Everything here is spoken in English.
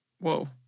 Whoa